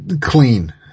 Clean